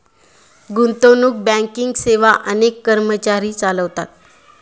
गुंतवणूक बँकिंग सेवा अनेक कर्मचारी चालवतात